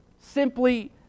simply